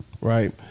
right